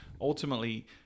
ultimately